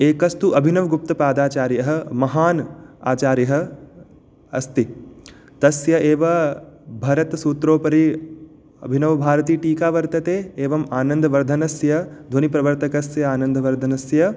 एकस्तु अभिवनगुप्तपादाचार्यः महान् आचार्यः अस्ति तस्य एव भरतसूत्रोपरि अभिनवभारती टीका वर्तते एवम् आनन्दवर्धनस्य ध्वनिप्रवर्तकस्य आनन्दवर्धनस्य